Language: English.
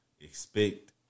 expect